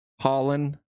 Holland